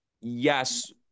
yes